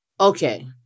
Okay